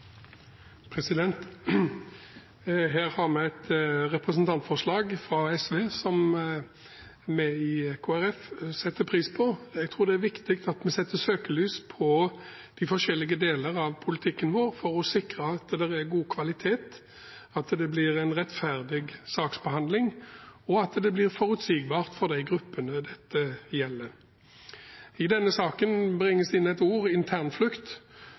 er viktig at vi setter søkelys på de forskjellige deler av politikken vår for å sikre at det er god kvalitet, at det blir en rettferdig saksbehandling, og at det blir forutsigbart for de gruppene dette gjelder. I denne saken bringes det inn et ord,